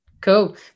Cool